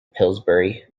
pillsbury